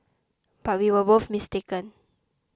but we were both mistaken